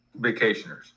vacationers